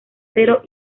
cero